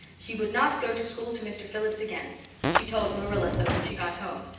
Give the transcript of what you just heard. she would not go to school to mr. phillips again she told marilla so when she got home.